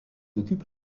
occupe